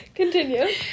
continue